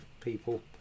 people